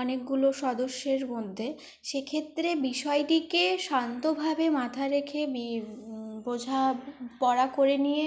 অনেকগুলো সদস্যের মধ্যে সে ক্ষেত্রে বিষয়টিকে শান্তভাবে মাথায় রেখে বোঝাপড়া করে নিয়ে